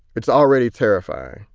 it's already terrifying.